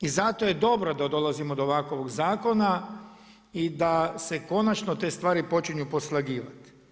I zato je dobro da dolazimo do ovakvog zakona i da se konačno te stvari počinju poslagivati.